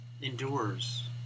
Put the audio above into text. endures